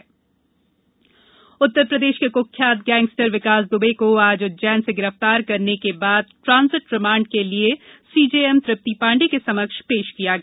विकास दुबे गिरफ्तार उत्तरप्रदेश के कुख्यात गैंगस्टर विकास दुबे को आज उज्जैन से गिरफ्तार करने के बाद ट्रांजिट रिमांड के लिए सीजेएम तृप्ति पांडे के समक्ष पेश किया गया